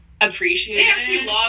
appreciated